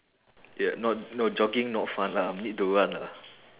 ya not no jogging not fun lah need to run lah